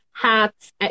hats